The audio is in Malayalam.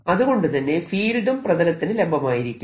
അതുകൊണ്ടുതന്നെ ഫീൽഡും പ്രതലത്തിനു ലംബമായിരിക്കും